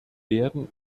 werden